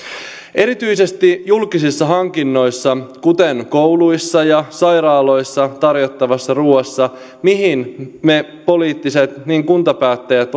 erityisesti julkisissa hankinnoissa kuten kouluissa ja sairaaloissa tarjottavassa ruuassa mihin me poliittiset päättäjät ja kuntapäättäjät